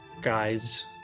guy's